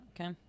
Okay